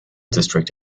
district